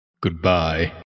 Goodbye